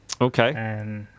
Okay